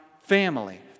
family